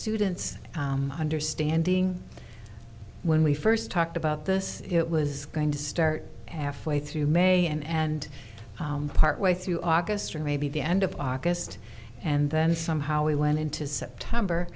students understanding when we first talked about this it was going to start halfway through may and partway through august or maybe the end of august and then somehow we went into september